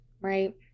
Right